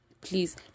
please